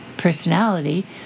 Personality